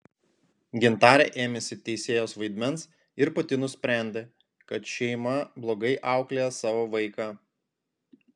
gintarė ėmėsi teisėjos vaidmens ir pati nusprendė kad šeima blogai auklėja savo vaiką